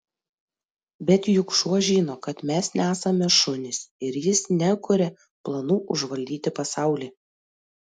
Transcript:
bet juk šuo žino kad mes nesame šunys ir jis nekuria planų užvaldyti pasaulį